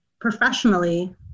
professionally